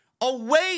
away